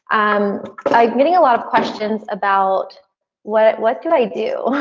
um i'm getting a lot of questions about what what could i do?